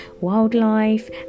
wildlife